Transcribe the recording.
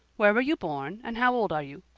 where were you born and how old are you?